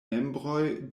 membroj